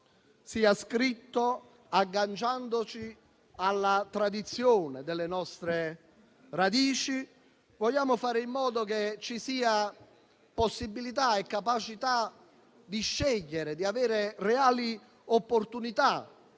sia scritto agganciandoci alla tradizione delle nostre radici; vogliamo fare in modo che ci sia possibilità e capacità di scegliere, di avere reali opportunità